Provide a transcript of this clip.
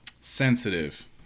sensitive